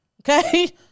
Okay